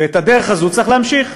ואת הדרך הזאת צריך להמשיך